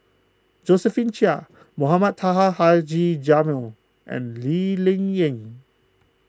Josephine Chia Mohamed Taha Haji Jamil and Lee Ling Yen